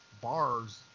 Bars